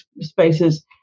spaces